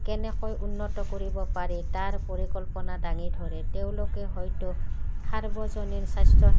কেনেকৈ উন্নত কৰিব পাৰি তাৰ পৰিকল্পনা দাঙি ধৰে তেওঁলোকে হয়তো সৰ্বজনীন স্বাস্থ্য